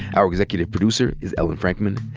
our executive producer is ellen frankman.